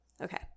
okay